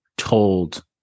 told